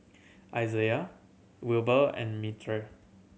Izaiah Wilber and Mirtie